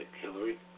Hillary